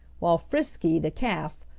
while frisky, the calf,